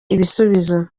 ibisubizo